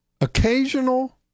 Occasional